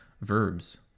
verbs